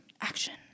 Action